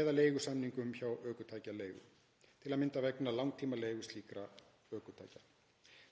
eða leigusamningum við ökutækjaleigur, til að mynda vegna langtímaleigu slíkra ökutækja.